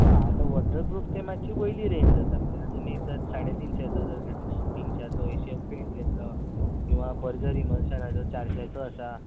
हां आतां waterproof ते मातशी वयली रेंज जाता म्हणजे तुमी जर साडे तीनशांचो जर घेतलो तीनशांचो ऐशियन पेंट घेतलो किंवा बर्जर इनोसनाचो चारशांचो आसा